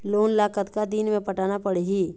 Loan ला कतका दिन मे पटाना पड़ही?